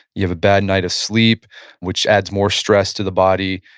you have a bad night of sleep which adds more stress to the body.